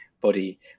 body